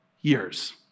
years